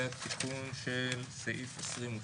זה התיקון של סעיף 22,